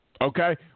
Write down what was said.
Okay